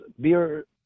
beer